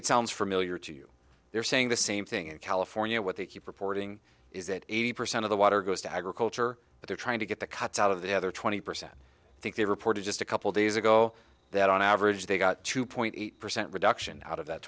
it sounds familiar to you they're saying the same thing in california what they keep reporting is that eighty percent of the water goes to agriculture but they're trying to get the cuts out of the other twenty percent think they reported just a couple days ago that on average they got two point eight percent reduction out of that